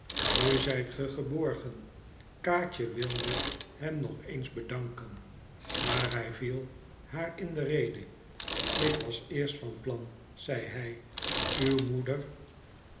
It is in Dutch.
nu zijt ge geborgen kaatje wilde hem nog eens bedanken maar hij viel haar in de rede ik was eerst van plan zei hij uw moeder